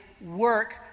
work